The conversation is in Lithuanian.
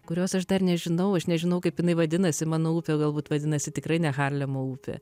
kurios aš dar nežinau aš nežinau kaip jinai vadinasi mano upė galbūt vadinasi tikrai ne harlemo upė